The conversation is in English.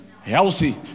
healthy